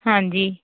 ਹਾਂਜੀ